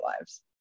lives